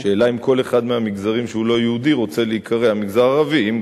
השאלה אם כל אחד מהמגזרים שהוא לא יהודי רוצה להיקרא "המגזר הערבי".